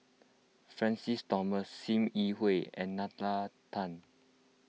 Francis Thomas Sim Yi Hui and Nalla Tan